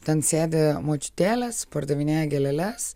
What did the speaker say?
ten sėdi močiutėlės pardavinėja gėleles